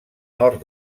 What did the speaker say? nord